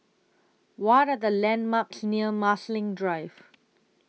What Are The landmarks near Marsiling Drive